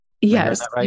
Yes